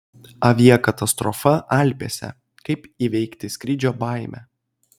aviakatastrofa alpėse kaip įveikti skrydžio baimę